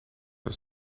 for